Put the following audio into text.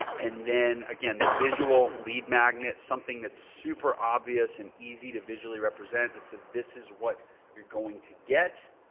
and then again, the visual lead magnet, something that's super obvious and easy to visually represent that says this is what you're going to get.